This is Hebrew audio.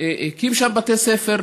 הקים שם בתי ספר,